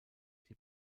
die